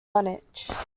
munich